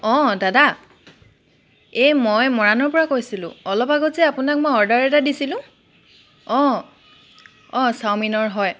অঁ দাদা এই মই মৰাণৰ পৰা কৈছিলোঁ অলপ আগত যে আপোনাক মই অৰ্ডাৰ এটা দিছিলোঁ অঁ অঁ চাওমিনৰ হয়